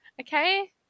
Okay